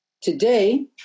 Today